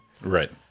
Right